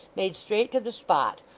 made straight to the spot,